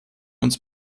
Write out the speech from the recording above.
uns